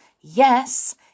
Yes